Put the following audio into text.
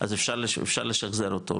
אז אפשר לשחזר אותו,